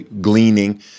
gleaning